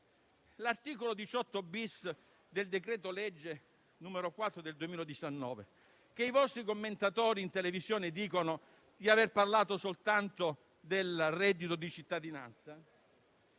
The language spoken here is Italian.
l'articolo 18*-bis* del decreto-legge n. 4 del 2019 - ancorché i vostri commentatori in televisione dicano di aver parlato soltanto del reddito di cittadinanza